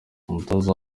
umutoza